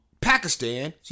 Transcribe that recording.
Pakistan